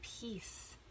peace